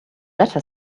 letter